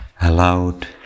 allowed